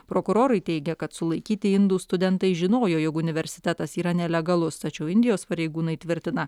prokurorai teigia kad sulaikyti indų studentai žinojo jog universitetas yra nelegalus tačiau indijos pareigūnai tvirtina